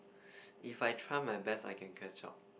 if I try my best I can catch up